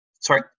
sorry